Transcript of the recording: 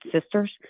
sisters